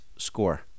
score